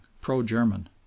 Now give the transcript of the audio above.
pro-German